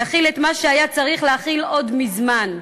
יחיל את מה שהיה צריך להחיל עוד מזמן,